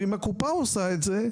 ואם הקופה עושה את זה,